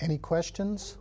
any questions